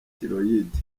thyroïde